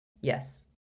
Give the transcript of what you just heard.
Yes